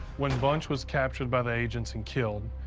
when bunch was captured by the agents and killed,